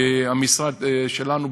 המשרד שלנו,